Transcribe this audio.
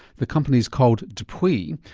the company's called depuy,